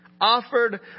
offered